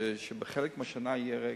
כדי שבחלק מהשנה יהיה ריק.